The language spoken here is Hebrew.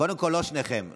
קודם כול, לא שניכם.